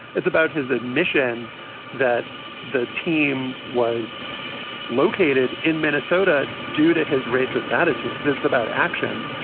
it's about his admission that the team was located in minnesota due to his racist attitudes. it's about actions,